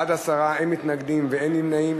בעד, 10, אין מתנגדים ואין נמנעים.